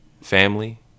family